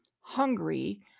hungry